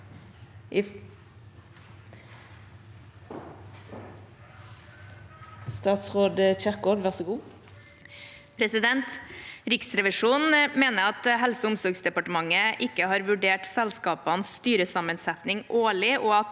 Riksrevisjonen mener at Helse- og omsorgsdepartementet ikke har vurdert selskapenes styresammensetning årlig,